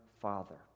Father